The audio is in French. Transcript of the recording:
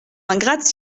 ingrate